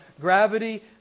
gravity